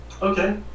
Okay